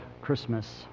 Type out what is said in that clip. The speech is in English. Christmas